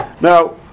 Now